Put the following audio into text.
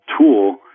tool